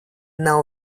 nav